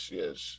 yes